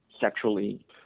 sexually